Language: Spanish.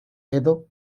edo